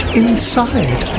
inside